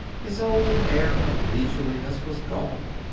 his old air of leisureliness was gone.